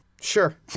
Sure